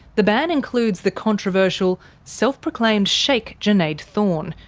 the ban includes the controversial self-proclaimed sheikh junaid thorne,